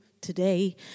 today